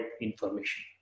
information